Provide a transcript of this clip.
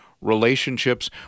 Relationships